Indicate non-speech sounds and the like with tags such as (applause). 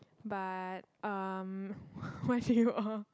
but um (breath) why did you uh